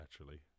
naturally